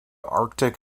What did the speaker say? arctic